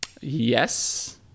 yes